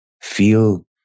feel